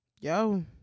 yo